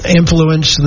influence